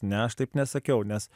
ne aš taip nesakiau nes